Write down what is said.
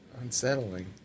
unsettling